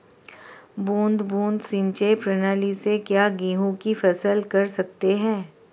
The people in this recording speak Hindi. बूंद बूंद सिंचाई प्रणाली से क्या गेहूँ की फसल कर सकते हैं?